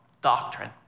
Doctrine